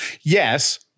Yes